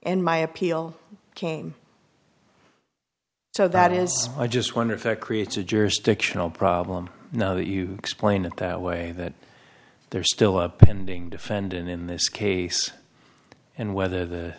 and my appeal came so that is i just wonder if that creates a jurisdictional problem now that you explain it that way that there is still a pending defendant in this case and whether the